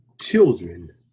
children